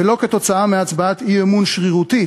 ולא כתוצאה מהצבעת אי-אמון שרירותית,